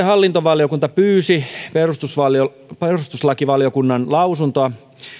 hallintovaliokunta pyysi perustuslakivaliokunnan perustuslakivaliokunnan lausuntoa